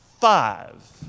five